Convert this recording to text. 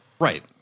Right